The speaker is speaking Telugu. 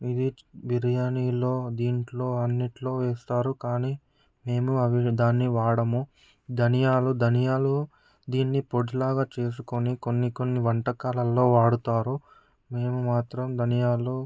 ఇది బిర్యానిలో దీంట్లో అన్నింటిలో వేస్తారు కానీ మేము అవి దాన్ని వాడము ధనియాలు ధనియాలు దీన్ని పొడిలాగా చేసుకుని కొన్ని కొన్ని వంటకాలలో వాడుతారు మేము మాత్రం ధనియాలు